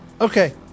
okay